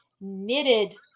knitted